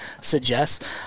suggests